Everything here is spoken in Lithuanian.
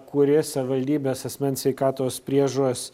kuri savivaldybės asmens sveikatos priežiūros